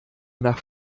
nach